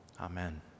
Amen